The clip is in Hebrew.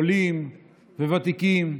עולים וותיקים.